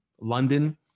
London